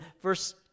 verse